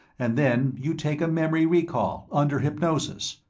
and then you'd take a memory-recall, under hypnosis.